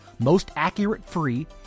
mostaccuratefree